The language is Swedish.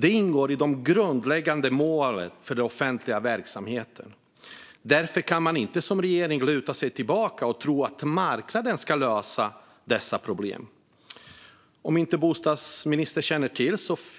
Det ingår i de grundläggande målen för den offentliga verksamheten. Därför kan man som regering inte luta sig tillbaka och tro att marknaden ska lösa dessa problem. Om inte bostadsministern känner till det kan